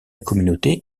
communauté